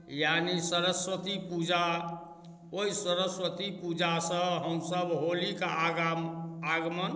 यानी सरस्वती पूजा ओहि सरस्वती पूजासँ हमसब होलीके आगा आगमण